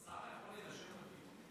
שר יכול להירשם לדיון?